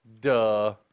Duh